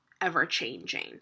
ever-changing